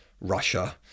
Russia